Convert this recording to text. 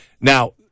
now